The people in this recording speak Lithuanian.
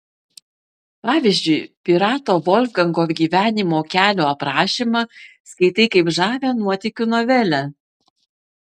pavyzdžiui pirato volfgango gyvenimo kelio aprašymą skaitai kaip žavią nuotykių novelę